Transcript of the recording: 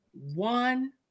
one